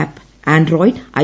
app Android I